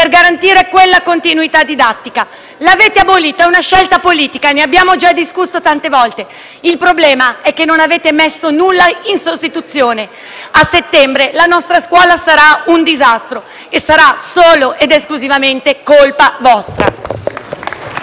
per garantire la continuità didattica. L'avete abolito: è una scelta politica, ne abbiamo già discusso tante volte. Il problema è che non avete messo nulla in sostituzione, per cui a settembre la nostra scuola sarà un disastro e sarà solo ed esclusivamente colpa vostra.